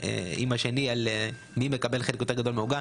השני על מי מקבל חלק יותר גדול מהעוגה.